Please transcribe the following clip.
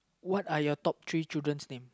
what are your top three children's name